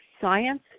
science